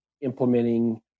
implementing